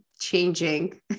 changing